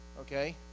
Okay